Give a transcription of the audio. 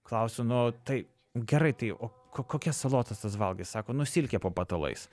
klausiu nu tai gerai tai o ko kokias salotas tas valgai sako nu silkę po patalais